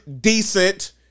decent